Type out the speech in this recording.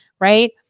right